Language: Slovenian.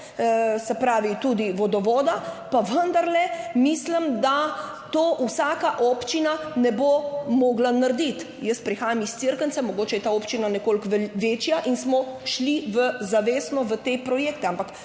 se pravi tudi vodovoda, pa vendarle mislim, da to vsaka občina ne bo mogla narediti. Jaz prihajam iz Cerknice, mogoče je ta občina nekoliko večja in smo šli zavestno v te projekte.